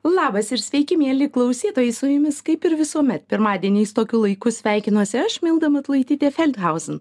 labas ir sveiki mieli klausytojai su jumis kaip ir visuomet pirmadieniais tokiu laiku sveikinuosi aš milda matulaitytė fendhausen